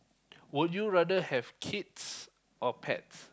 would you rather have kids or pets